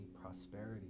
prosperity